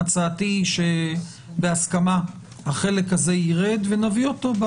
הצעתי היא שבהסכמה החלק הזה יירד ונביא אותו,